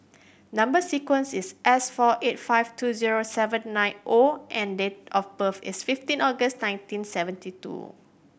number sequence is S four eight five two zero seven nine O and date of birth is fifteen August nineteen seventy two